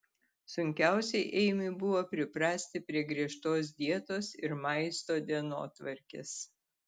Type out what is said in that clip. sunkiausiai eimiui buvo priprasti prie griežtos dietos ir maisto dienotvarkės